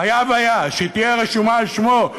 חייב היה שהיא תהיה רשומה על שמו.